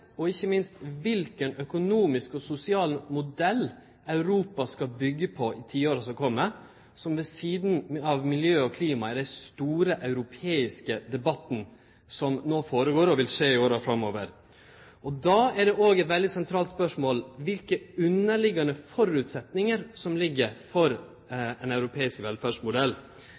ikkje minst kva for økonomisk og sosial modell Europa skal byggje på i tiåra som kjem, som ved sidan av miljø og klima er den store europeiske debatten som no går føre seg, og vil gå føre seg i åra framover. Då er det òg eit veldig sentralt spørsmål kva som er underliggjande føresetnader for ein europeisk velferdsmodell.